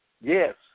Yes